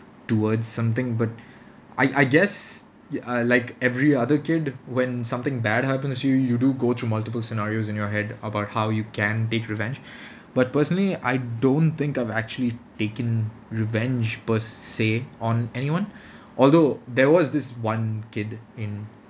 towards something but I I guess uh like every other kid when something bad happens you you do go through multiple scenarios in your head about how you can take revenge but personally I don't think I've actually taken revenge per se on anyone although there was this one kid in